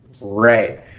Right